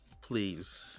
please